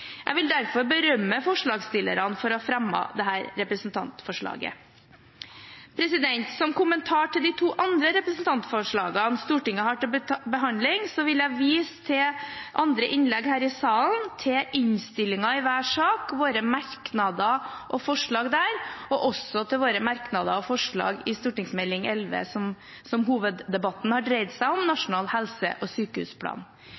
Jeg vil derfor berømme forslagsstillerne for å ha fremmet dette representantforslaget. Som kommentar til de to andre representantforslagene Stortinget har til behandling, vil jeg vise til andre innlegg her i salen og til innstillingene i hver sak – våre merknader og forslag der – og også til våre merknader og forslag til Meld. St. 11 for 2015–2016, som hoveddebatten har dreid seg om,